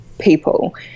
people